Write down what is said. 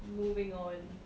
moving on